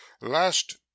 last